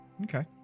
Okay